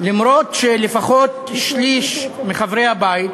אף-על-פי שלפחות שליש מחברי הבית